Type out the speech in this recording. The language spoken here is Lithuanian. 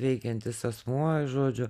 veikiantis asmuo žodžiu